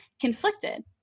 conflicted